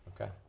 okay